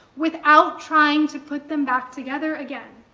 without trying to put them back together again.